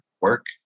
work